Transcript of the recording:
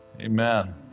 amen